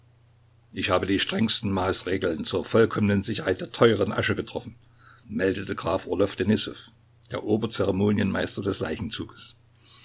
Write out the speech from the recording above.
ich habe die strengsten maßregeln zur vollkommenen sicherheit der teuren asche getroffen meldete graf orlow denissow der ober zeremonienmeister